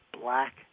black